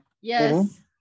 Yes